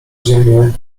ziemię